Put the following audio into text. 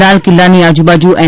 લાલ કિલ્લાની આજુબાજુ એન